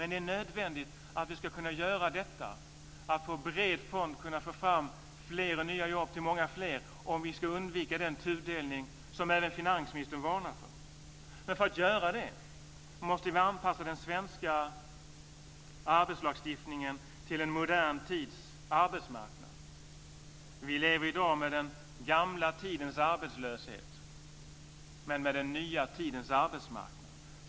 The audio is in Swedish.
Det är nödvändigt att vi kan göra detta och på bred front kan få fram flera nya jobb till många fler om vi ska undvika den tudelning som även finansministern varnar för. Men för att kunna göra det här måste vi anpassa den svenska arbetslagstiftningen till en modern tids arbetsmarknad. Vi lever i dag med den gamla tidens arbetslöshet men med den nya tidens arbetsmarknad.